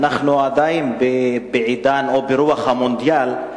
אנחנו עדיין בעידן או ברוח המונדיאל.